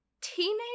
teenage